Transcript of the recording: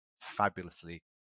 fabulously